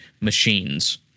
machines